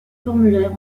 formulaire